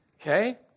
Okay